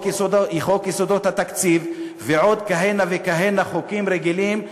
חוק יסודות התקציב ועוד כהנה וכהנה חוקים רגילים,